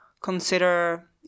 consider